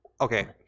Okay